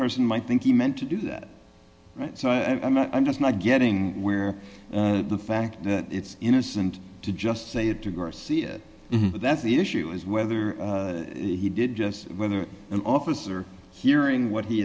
person might think he meant to do that right so i mean i'm just not getting where the fact that it's innocent to just say it to go see it that's the issue is whether he did just whether an officer hearing what he